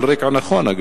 על רקע נכון,